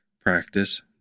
practice